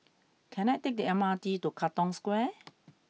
can I take the M R T to Katong Square